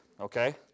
okay